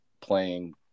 playing